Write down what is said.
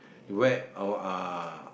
you wear uh uh